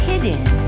hidden